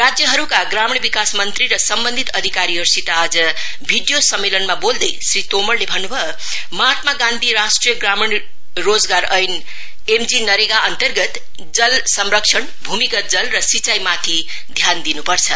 राज्यहरुका ग्रामीण विकास मंत्री र सम्वन्धित अधिकारीहरुसित आज भिडियो सम्मेलनमा बोल्दै श्री तोमरले भन्नभयो महात्मा गान्धी राष्ट्रिय ग्रामीण रोजगार ग्यारन्टी ऐन एम जी नरेगा अन्तर्गत जल संरक्षण भ्रमिगत जल र सिंचाईमाथि ध्यान दिनुपर्छ